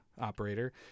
operator